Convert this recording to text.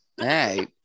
Hey